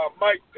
Mike